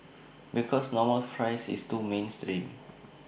because normal fries is too mainstream